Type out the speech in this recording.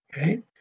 okay